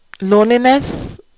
loneliness